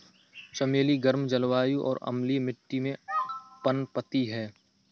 चमेली गर्म जलवायु और अम्लीय मिट्टी में पनपती है